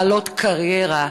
בעלות קריירה,